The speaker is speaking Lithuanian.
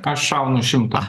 aš šaunu šimtą